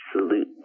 absolute